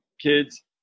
Kids